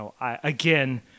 Again